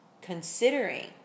considering